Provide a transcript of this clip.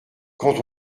quand